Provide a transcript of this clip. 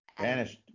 Vanished